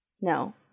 No